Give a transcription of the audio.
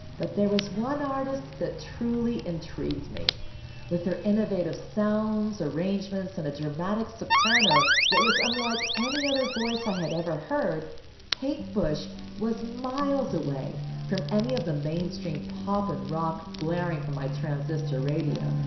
but there was one artist that truly intrigued me with her innovative sounds arrangements and a dramatic soprano that was unlike any other voice i had ever heard kate bush was miles away from any of the mainstream pop and rock blaring from my transistor radio.